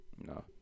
No